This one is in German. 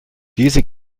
diese